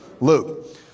Luke